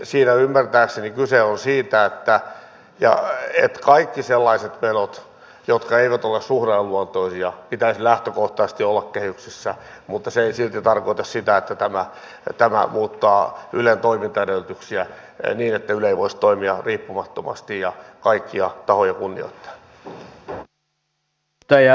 siinä ymmärtääkseni kyse on siitä että kaikkien sellaisten menojen jotka eivät ole suhdanneluontoisia pitäisi lähtökohtaisesti olla kehyksissä mutta se ei silti tarkoita sitä että tämä muuttaa ylen toimintaedellytyksiä niin että yle ei voisi toimia riippumattomasti ja kaikkia tahoja kunnioittaen